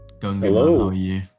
Hello